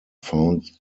found